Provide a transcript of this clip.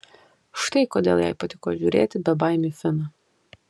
štai kodėl jai patiko žiūrėti bebaimį finą